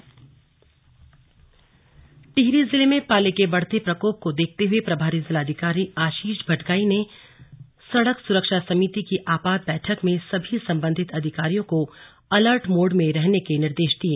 slug सड़क सुरक्षा समिति बैठक टिहरी जिले में पाले के बढ़ते प्रकोप को देखते हुए प्रभारी जिलाधिकारी आशीष भटगाई ने सड़क सुरक्षा समिति की आपात बैठक में सभी सम्बन्धित अधिकारियों को अलर्ट मोड में रहने के निर्देश दिये